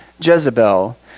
Jezebel